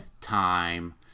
time